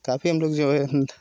काफी हम लोग जो है